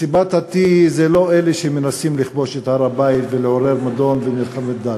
מסיבת התה זה לא אלה שמנסים לכבוש את הר-הבית ולעורר מדון ומלחמת דת.